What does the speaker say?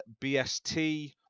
BST